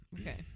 Okay